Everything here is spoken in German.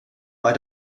bei